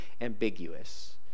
ambiguous